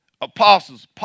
apostles